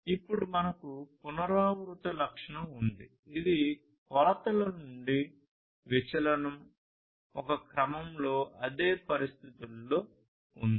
ఇప్పుడు మనకు పునరావృత లక్షణం ఉంది ఇది కొలతల నుండి విచలనం ఒక క్రమంలో అదే పరిస్థితులలో ఉంది